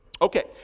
Okay